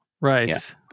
Right